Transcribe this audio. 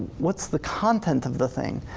what's the content of the thing?